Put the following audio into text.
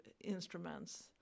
instruments